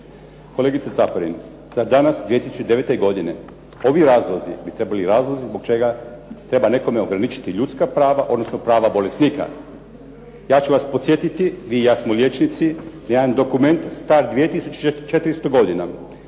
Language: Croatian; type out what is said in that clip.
Kolegice Caparin, zar danas 2009. godine ovi razlozi bi trebali …/Zbog najave, govornik se ne razumije./… treba nekome ograničiti ljudska prava, odnosno prava bolesnika. Ja ću vas podsjetiti, vi i ja smo liječnici, jedan dokument star 2400 godina,